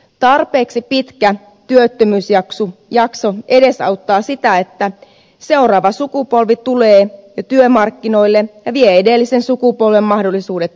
tarpeeksi pitkä työttömyysjakso edesauttaa sitä että seuraava sukupolvi tulee työmarkkinoille ja vie edellisen sukupolven mahdollisuudet työllistymiseen